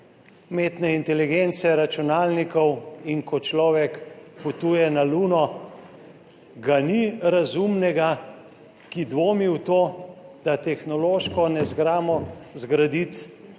umetne inteligence, računalnikov in ko človek potuje na Luno, ga ni razumnega, ki dvomi v to, da tehnološko ne znamo zgraditi